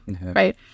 right